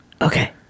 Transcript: Okay